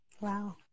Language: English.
Wow